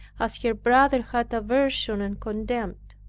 as her brother had aversion and contempt.